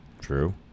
True